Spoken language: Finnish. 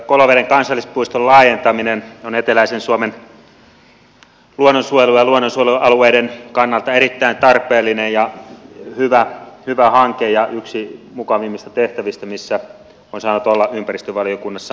koloveden kansallispuiston laajentaminen on eteläisen suomen luonnonsuojelun ja luonnonsuojelualueiden kannalta erittäin tarpeellinen ja hyvä hanke ja yksi mukavimmista tehtävistä missä olen saanut olla ympäristövaliokunnassa mukana